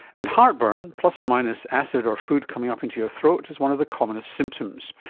and heartburn, plus or minus acid or food coming up into your throat is one of the commonest symptoms.